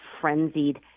frenzied